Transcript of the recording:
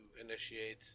initiate